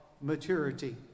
maturity